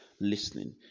listening